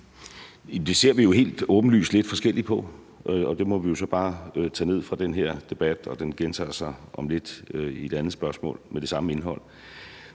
Det ser vi helt åbenlyst lidt forskelligt på, og det må vi jo så bare tage ned fra den her debat, og den gentager sig om lidt i et andet spørgsmål med det samme indhold.